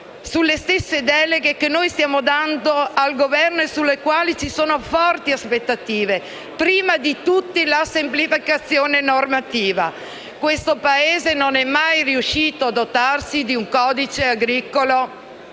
sulle stesse deleghe che stiamo dando al Governo e su cui ci sono forti aspettative, anzitutto con riguardo alla semplificazione normativa. Questo Paese non è mai riuscito a dotarsi di un codice agricolo